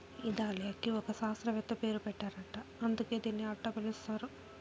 ఈ దాలియాకి ఒక శాస్త్రవేత్త పేరు పెట్టారట అందుకే దీన్ని అట్టా పిలుస్తారు